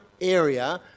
area